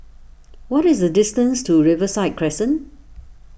what is the distance to Riverside Crescent